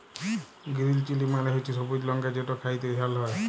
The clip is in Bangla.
গিরিল চিলি মালে হছে সবুজ লংকা যেট খ্যাইতে ঝাল হ্যয়